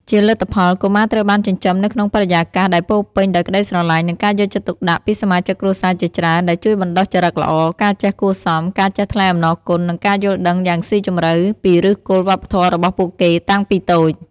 ជាលទ្ធផល កុមារត្រូវបានចិញ្ចឹមនៅក្នុងបរិយាកាសដែលពោរពេញដោយក្ដីស្រឡាញ់ និងការយកចិត្តទុកដាក់ពីសមាជិកគ្រួសារជាច្រើន ដែលជួយបណ្ដុះចរិតល្អ ការចេះគួរសម ការចេះថ្លែងអំណរគុណ និងការយល់ដឹងយ៉ាងស៊ីជម្រៅពីឫសគល់វប្បធម៌របស់ពួកគេតាំងពីតូច។